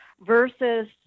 versus